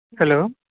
hello